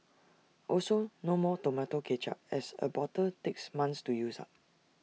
also no more Tomato Ketchup as A bottle takes months to use up